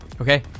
Okay